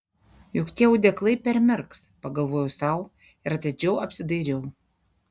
juk tie audeklai permirks pagalvojau sau ir atidžiau apsidairiau